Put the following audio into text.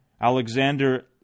alexander